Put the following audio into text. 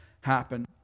happen